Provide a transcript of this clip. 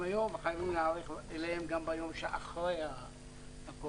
היום וחייבים להיערך אליהם גם ביום שאחרי הקורונה.